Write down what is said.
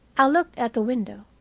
i looked at the window.